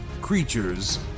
creatures